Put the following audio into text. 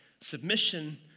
submission